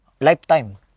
Lifetime